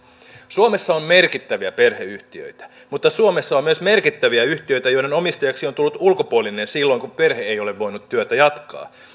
suomessa on merkittäviä perheyhtiöitä mutta suomessa on myös merkittäviä yhtiöitä joiden omistajaksi on tullut ulkopuolinen silloin kun perhe ei ole voinut työtä jatkaa